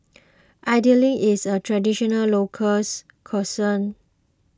Idly is a traditional local's cuisine